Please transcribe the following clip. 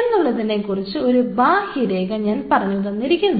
എന്നുള്ളതിന് ഒരു ബാഹ്യരേഖ ഞാൻ പറഞ്ഞു തന്നിരിക്കുന്നു